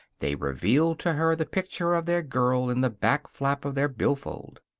they revealed to her the picture of their girl in the back flap of their billfold.